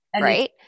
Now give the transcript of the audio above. right